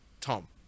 Tom